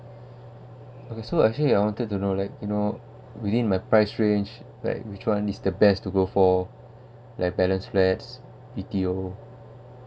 okay so actually I wanted to know like you know within my price range like which one is the best to go for like balance flat B_T_O